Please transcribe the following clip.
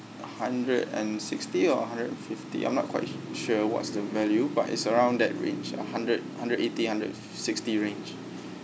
hundred and sixty or hundred and fifty I'm not quite sure what's the value but it's around that range hundred hundred eighty hundred sixty range